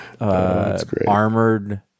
armored